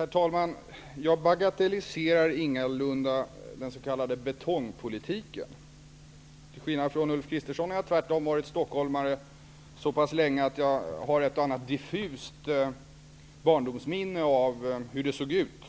Herr talman! Jag bagatelliserar ingalunda den s.k. betongpolitiken. Till skillnad från Ulf Kristersson har jag varit stockholmare så pass länge att jag har ett och annat diffust barndomsminne av hur det såg ut.